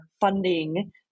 funding